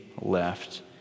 left